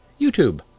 YouTube